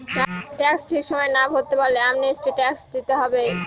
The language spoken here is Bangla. ট্যাক্স ঠিক সময়ে না ভরতে পারলে অ্যামনেস্টি ট্যাক্স দিতে হয়